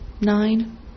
nine